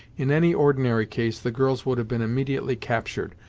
in any ordinary case, the girls would have been immediately captured,